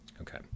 Okay